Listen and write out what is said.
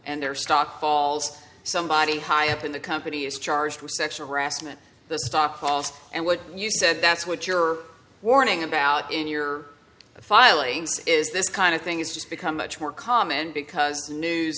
and their stock falls somebody high up in the company is charged with sex harassment the stock and what you said that's what you're warning about in your filings is this kind of thing it's just become much more common because